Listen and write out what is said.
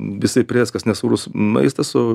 visai prėskas nesūrus maistas o